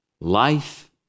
life